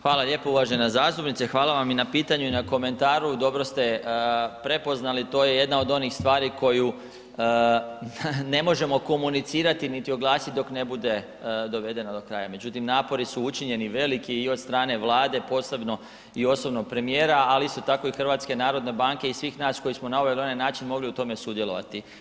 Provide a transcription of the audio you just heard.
Hvala lijepo uvažena zastupnice, hvala vam i na pitanju i na komentaru, dobro ste prepoznali, to je jedna od onih stvari koju ne možemo komunicirat niti oglasit dok ne bude dovedena do kraja međutim, napori su učinjeni veliki i od strane Vlade, posebno i osobno od premijera, ali isto tako i HNB-a i svih nas koji smo na ovaj ili onaj način mogli u tome sudjelovati.